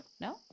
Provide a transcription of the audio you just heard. no